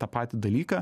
tą patį dalyką